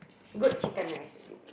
good chicken rice